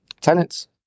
tenants